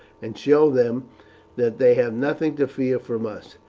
and show them that they have nothing to fear from us.